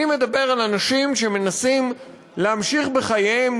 אני מדבר על אנשים שמנסים להמשיך בחייהם,